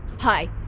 Hi